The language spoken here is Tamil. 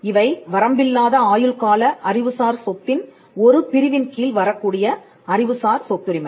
இவை வரம்பில்லாத ஆயுள் கால அறிவுசார் சொத்தின் ஒரு பிரிவின் கீழ் வரக்கூடிய அறிவுசார் சொத்துரிமை